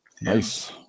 Nice